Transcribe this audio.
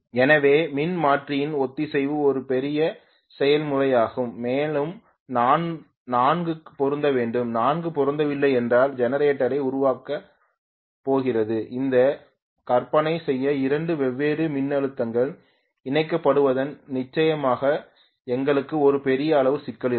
எனவே மின்மாற்றியின் ஒத்திசைவு ஒரு பெரிய செயல்முறையாகும் மேலும் 4 க்கும் பொருந்த வேண்டும் 4 க்கும் பொருந்தவில்லை என்றால் ஜெனரேட்டர் உருவாக்கப் போகிறது என்று கற்பனை செய்ய இரண்டு வெவ்வேறு மின்னழுத்தங்கள் இணைக்கப்படுவதால் நிச்சயமாக எங்களுக்கு ஒரு பெரிய அளவு சிக்கல் இருக்கும்